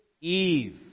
eve